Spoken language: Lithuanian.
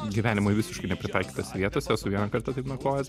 gyvenimui visiškai nepritaikytose vietose esu vieną kartą taip nakvojęs